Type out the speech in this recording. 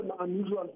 unusual